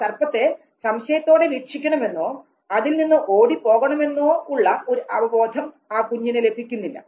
ആ സർപ്പത്തെ സംശയത്തോടെ വീക്ഷിക്കണം എന്നോ അതിൽ നിന്ന് ഓടി പോകണം എന്നോ ഉള്ള ഒരു അവബോധം ആ കുഞ്ഞിന് ലഭിക്കുന്നില്ല